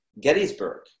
Gettysburg